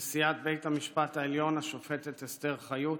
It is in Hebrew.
נשיאת בית המשפט העליון השופטת אסתר חיות,